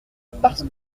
parce